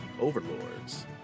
overlords